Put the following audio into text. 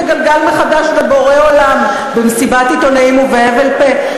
הגלגל מחדש ובורא עולם במסיבת עיתונאים ובהבל פה,